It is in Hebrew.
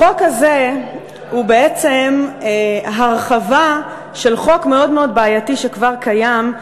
החוק הזה הוא בעצם הרחבה של חוק מאוד מאוד בעייתי שכבר קיים,